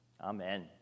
Amen